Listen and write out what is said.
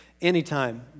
anytime